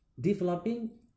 developing